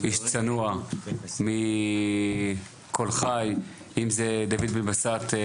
איש צנוע מקול חי, אם זה דוד בן בסט,